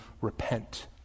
repent